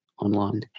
online